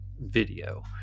video